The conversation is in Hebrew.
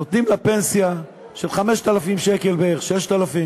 נותנים לה פנסיה של 5,000 שקל בערך, 6,000 שקל.